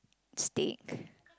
steak